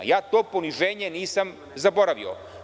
To poniženje nisam zaboravio.